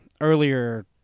earlier